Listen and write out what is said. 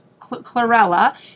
chlorella